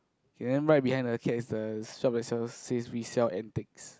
then right behind the cakes is the strawberry sales says we sell and takes